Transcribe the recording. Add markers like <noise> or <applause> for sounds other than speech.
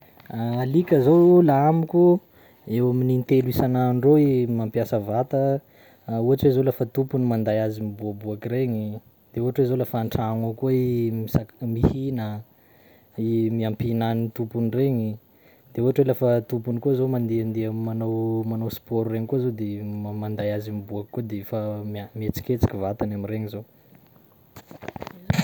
<hesitation> Alika zao laha amiko, eo amin'ny intelo isan'andro eo i mampiasa vata <hesitation> ohatsy hoe zao lafa tompony manday azy miboaboaka regny, de ohatra hoe zao lafa an-tragno ao koa i misak- mihina i <hesitation> miampihinanin'ny tompony iregny, de ohatra hoe lafa tompony koa zao mandehandeha manao- manao sport regny koa zao de ma- manday azy miboaka koa de efa mia- mihetsiketsiky vatany amiregny zao.